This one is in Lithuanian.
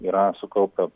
yra sukaupęs